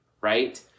right